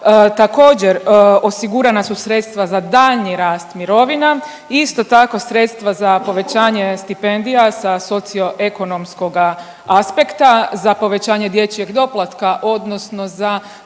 Također osigurana su sredstva za daljnji rast mirovina. Isto tako sredstva za povećanje stipendija sa socioekonomskoga aspekta, za povećanje dječjeg doplatka, odnosno za